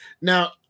now